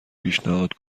پیشنهاد